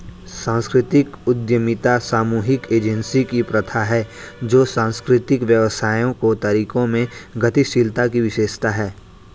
सांस्कृतिक उद्यमिता सामूहिक एजेंसी की प्रथा है जो सांस्कृतिक व्यवसायों के तरीकों में गतिशीलता की विशेषता है